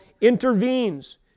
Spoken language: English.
intervenes